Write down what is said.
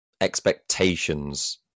expectations